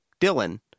Dylan